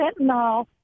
fentanyl